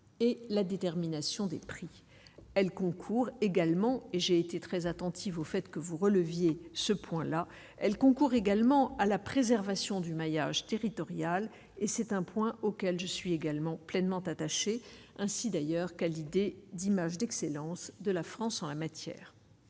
et la détermination des prix elle concourt également et j'ai été très attentive au fait que vous relevez Vier ce point-là elle concourt également à la préservation du maillage territorial et c'est un point auquel je suis également pleinement attachés, ainsi d'ailleurs, qualité d'image d'excellence de la France en la matière.